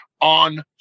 on